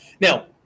Now